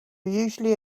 usually